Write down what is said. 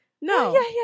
no